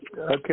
Okay